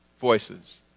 voices